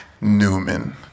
Newman